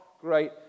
great